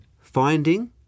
finding